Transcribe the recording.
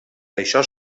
això